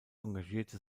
engagierte